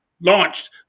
launched